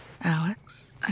Alex